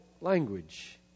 language